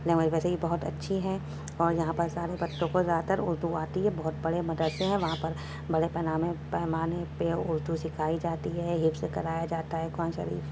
language ویسے بھی بہت اچھی ہے اور یہاں پر سارے بچوں کو زیادہ تر اردو آتی ہے بہت بڑے مدرسے ہیں وہاں پر بڑے پیمانے پہ اردو سیکھائی جاتی ہے حفظ کرایا جاتا ہے قرآن شریف